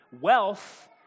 wealth